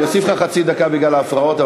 אני אוסיף לך חצי דקה בגלל ההפרעות.